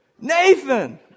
nathan